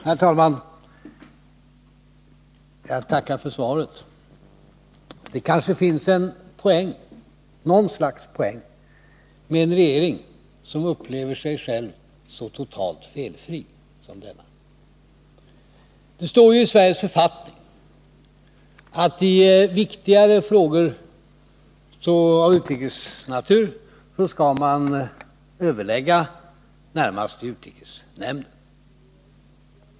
Herr talman! Jag tackar för svaret. Det kanske finns en poäng av något slag med en regering som upplever sig själv som så felfri som denna. I Sveriges författning sägs det att man i viktigare frågor av utrikespolitisk natur skall överlägga, närmast i utrikesnämnden.